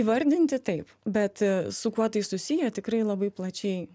įvardinti taip bet su kuo tai susiję tikrai labai plačiai